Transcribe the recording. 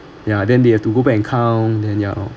ya then they have to go back and count then you